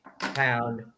Pound